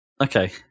Okay